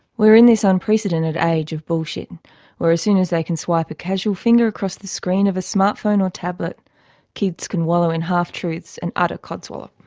we're in this unprecedented age of bullshit where as soon as they can swipe a casual finger across the screen of a smart phone or tablet kids can wallow in half truths and utter codswallop.